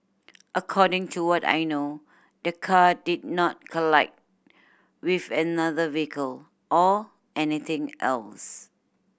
according to what I know the car did not collide with another vehicle or anything else